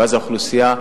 ואז האוכלוסייה,